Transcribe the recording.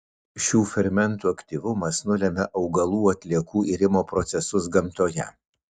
šių fermentų aktyvumas nulemia augalų atliekų irimo procesus gamtoje